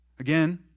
Again